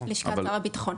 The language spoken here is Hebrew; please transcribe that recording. לשכת שר הביטחון.